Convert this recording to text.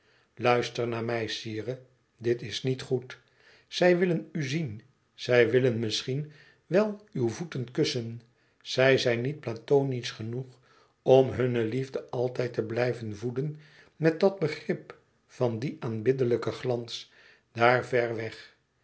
luister naar mij sire dit is niet goed zij willen u zien zij willen misschien wel uw voeten kussen zij zijn niet platonisch genoeg om hunne liefde altijd te blijven voeden met dat begrip van dien aanbiddelijken glans daar ver weg